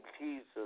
Jesus